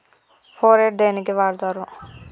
Phorate దేనికి వాడుతరు?